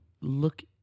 look